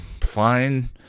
fine